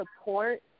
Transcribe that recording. support